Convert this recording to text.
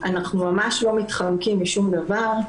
אנחנו ממש לא מתחמקים משום דבר.